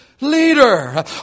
Leader